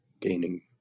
gaining